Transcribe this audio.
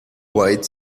white